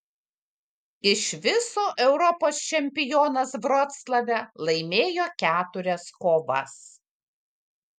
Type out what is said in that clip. iš viso europos čempionas vroclave laimėjo keturias kovas